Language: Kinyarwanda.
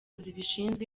zibishinzwe